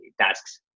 tasks